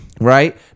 right